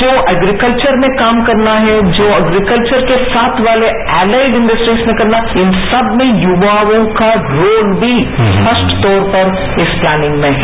जो एप्रीकल्वर में काम करना है जो एप्रीकल्वर के साथ वाले एलाइड इंडस्ट्रीज में करना इन सब में युवाओं का रोल मी स्पष्ट तौर पर इस प्लैनिंग में है